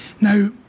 now